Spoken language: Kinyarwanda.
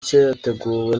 cyateguwe